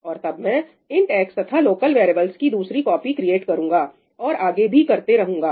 और तब में' int x" तथा लोकल वैरियेबल्स की दूसरी कॉपी क्रिएट करूंगा और आगे भी करता रहूंगा